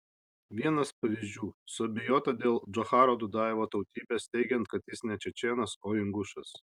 vienas pavyzdžių suabejota dėl džocharo dudajevo tautybės teigiant kad jis ne čečėnas o ingušas